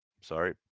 Sorry